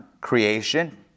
creation